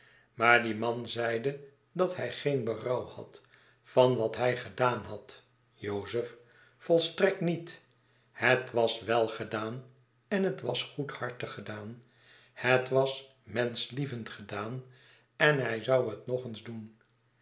maar die man zeide dat hij geen berouw had van wat hij gedaan had jozef volstrekt niet het was wel gedaan en het was goedhartig gedaan het was menschlievend gedaan en hij zou hetnogeens doen